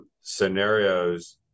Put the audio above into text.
scenarios